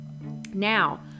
Now